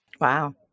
Wow